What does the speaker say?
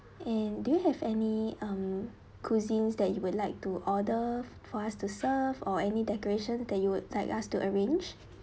and do you have any um cuisines that you would like to order for us to serve or any decoration that you would like us to arrange